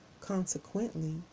Consequently